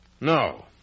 No